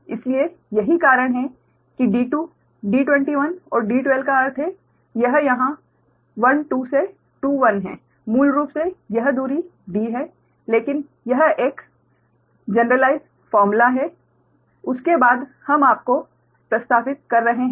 इसलिए यही कारण है कि D2 D21 और D12 का अर्थ है यह यहाँ 1 2 से 2 1 है मूल रूप से यह दूरी D है लेकिन यह एक सामान्यीकृत सूत्र है उसके बाद हम इसको प्रतिस्थापित कर रहे हैं